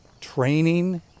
training